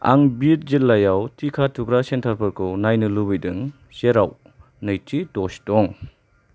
आं बिद जिल्लायाव टिका थुग्रा सेन्टारफोरखौ नायनो लुगैदों जेराव नैथि दज दं